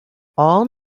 all